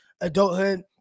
adulthood